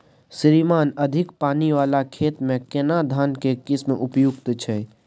श्रीमान अधिक पानी वाला खेत में केना धान के किस्म उपयुक्त छैय?